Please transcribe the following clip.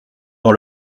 dans